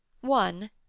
one